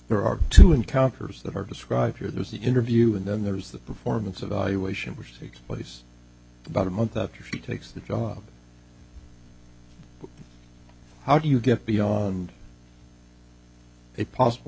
there are two encounters that are described here there's the interview and then there's the performance evaluation which takes place about a month after she takes the job how do you get beyond it possible